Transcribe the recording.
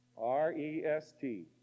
R-E-S-T